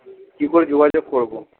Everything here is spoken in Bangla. কী করে যোগাযোগ করবো